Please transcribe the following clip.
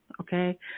okay